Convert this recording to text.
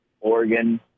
Oregon